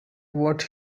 what